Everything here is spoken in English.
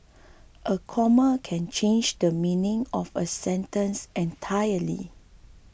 a comma can change the meaning of a sentence entirely